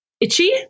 itchy